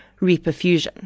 reperfusion